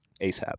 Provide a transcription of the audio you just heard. asap